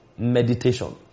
Meditation